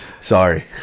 sorry